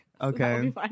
Okay